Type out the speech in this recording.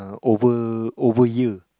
over over ear